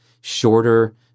shorter